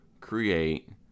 create